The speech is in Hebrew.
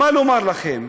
מה נאמר לכם?